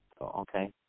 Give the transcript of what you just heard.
Okay